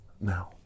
Now